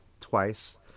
twice